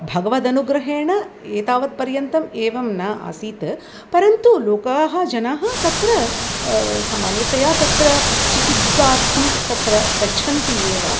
भगवदनुग्रहेण एतावत् पर्यन्तम् एवं न आसीत् परन्तु लोकाः जनाः तत्र सामान्यतया तत्र चिकित्सार्थं तत्र गच्छन्ति एव